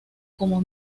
como